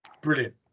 Brilliant